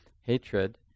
hatred